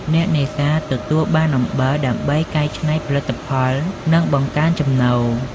អ្នកនេសាទទទួលបានអំបិលដើម្បីកែច្នៃផលិតផល និងបង្កើនចំណូល។